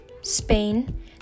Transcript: Spain